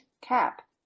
cap